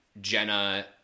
Jenna